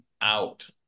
out